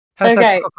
Okay